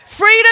Freedom